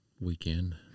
weekend